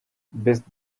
best